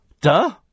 duh